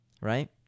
right